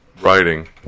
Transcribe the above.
writing